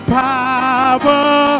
power